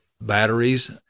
batteries